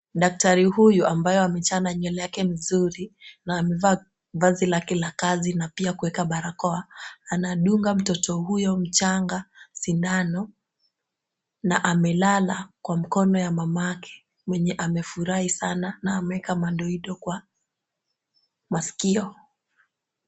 Daktari huyu ambaye amechana nywele yake vizuri na amevaa vazi lake la kazi na pia kuweka barakoa, anadunga mtoto huyo mchanga sindano na amelala kwa mkono ya mamake mwenye amefurahi sana na ameweka madoido kwa masikio.